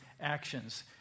actions